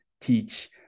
teach